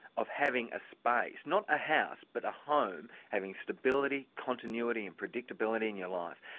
of having a space not a house, but a home having stability, continuity and predictability in your life.